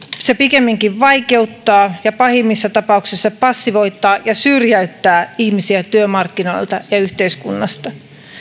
pikemminkin vaikeuttaa ja pahimmissa tapauksissa passivoittaa ja syrjäyttää ihmisiä työmarkkinoilta ja yhteiskunnasta